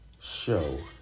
show